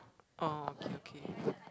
oh okay okay